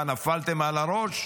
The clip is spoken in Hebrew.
נפלתם על הראש?